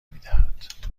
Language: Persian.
میدهد